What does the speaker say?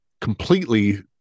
completely